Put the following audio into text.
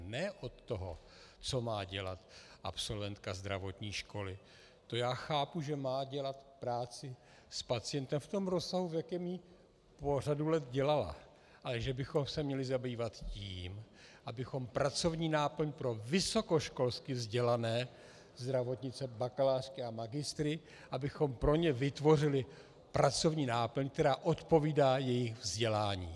Ne od toho, co má dělat absolventka zdravotní školy, to já chápu, že má dělat práci s pacientem v tom rozsahu, v jakém po řadu let dělala, ale že bychom se měli zabývat tím, abychom pracovní náplň pro vysokoškolsky vzdělané zdravotnice, bakalářky a magistry, abychom pro ně vytvořili pracovní náplň, která odpovídá jejich vzdělání.